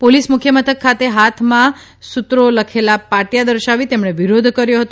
police મુખ્ય મથક ખાતે હાથમાં સુત્રો લખેલા પાટીયા દર્શાવી તેમણે વિરોધ કર્યો હતો